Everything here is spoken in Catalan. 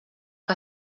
que